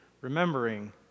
remembering